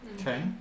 Okay